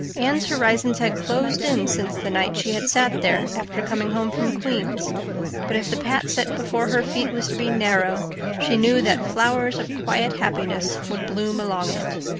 anne's horizons had closed in since the night she had sat there after coming home from queen's but if the path set before her feet was to be narrow she knew that flowers of quiet happiness would bloom along it.